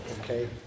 Okay